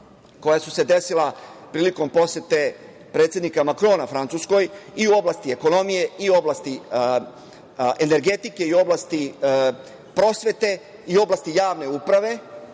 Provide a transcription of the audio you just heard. koja su se desila prilikom posete predsednika Makrona Srbiji, i u oblasti ekonomije i u oblasti energetike i u oblasti prosvete i u oblasti javne uprave,